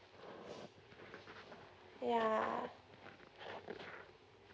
yeah